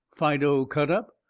fido cut-up,